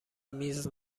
میز